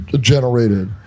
generated